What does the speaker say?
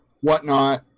whatnot